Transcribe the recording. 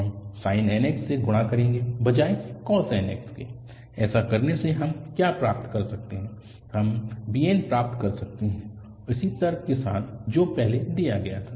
हम sin nx से गुणा करेंगे बजाय cos nx के ऐसा करने से हम क्या प्राप्त कर सकते हैं हम bn प्राप्त कर सकते हैं उसी तर्क के साथ जो पहले किया गया था